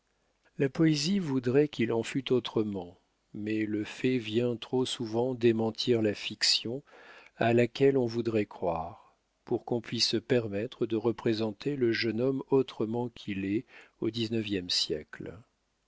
la poésie voudrait qu'il en fût autrement mais le fait vient trop souvent démentir la fiction à laquelle on voudrait croire pour qu'on puisse se permettre de représenter le jeune homme autrement qu'il est au dix-neuvième siècle